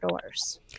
doors